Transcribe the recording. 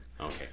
Okay